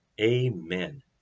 Amen